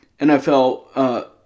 NFL